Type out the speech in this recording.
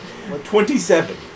Twenty-seven